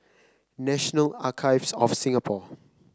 National Archives of Singapore